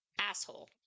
asshole